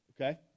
Okay